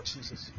Jesus